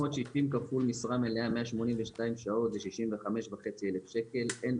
360 כפול משרה מלאה, 182 שעות זה 65,500 שקלים.